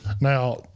Now